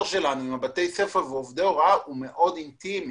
שלנו עם בתי הספר ועם עובדי ההוראה הוא מאוד אינטימי.